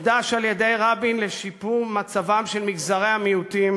הוקדש על-ידי רבין לשיפור מצבם של מגזרי המיעוטים